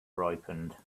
ripened